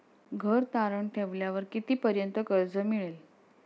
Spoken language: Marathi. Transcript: घर तारण ठेवल्यावर कितीपर्यंत कर्ज मिळेल?